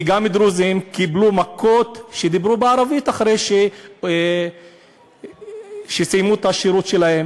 כי גם דרוזים קיבלו מכות כשדיברו בערבית אחרי שסיימו את השירות שלהם,